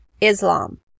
Islam